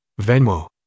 Venmo